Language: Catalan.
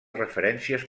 referències